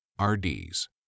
RDs